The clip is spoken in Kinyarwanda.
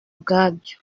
bwabyo